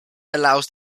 allows